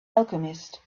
alchemist